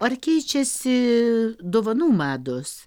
ar keičiasi dovanų mados